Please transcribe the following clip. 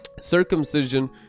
circumcision